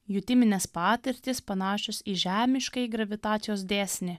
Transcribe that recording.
jutiminės patirtys panašios į žemiškąjį gravitacijos dėsnį